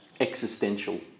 Existential